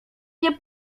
nie